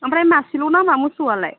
ओमफ्राय मासेल' नामा मोसौआलाय